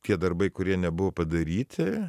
tie darbai kurie nebuvo padaryti